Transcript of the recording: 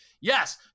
Yes